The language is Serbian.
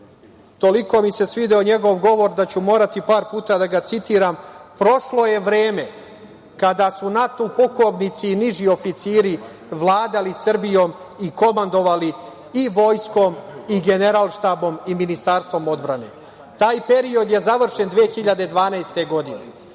toliko mi se svideo njegov govor da ću morati par puta da ga citiram, prošlo je vreme kada su NATO pukovnici i niži oficiri vladali Srbijom i komandovali i vojskom i Generalštabom i Ministarstvom odbrane. Taj period je završen 2012. godine.